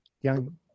young